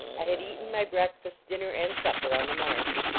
i had eaten my breakfast, dinner and supper on the march.